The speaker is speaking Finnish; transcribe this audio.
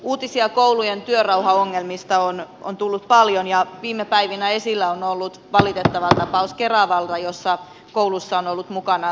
uutisia koulujen työrauhaongelmista on tullut paljon ja viime päivinä esillä on ollut valitettava tapaus keravalla jossa koulussa on ollut mukana teräase